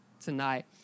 tonight